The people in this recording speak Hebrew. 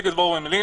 להפסיק לברור מילים,